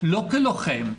לא כלוחם,